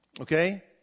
Okay